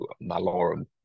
malorum